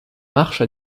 marche